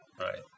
Right